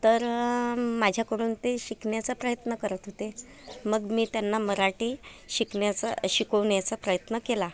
तर माझ्याकडून ते शिकण्याचा प्रयत्न करत होते मग मी त्यांना मराठी शिकण्याचा शिकवण्याचा प्रयत्न केला